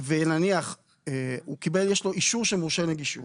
ונניח יש לו אישור של מורשה נגישות,